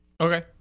Okay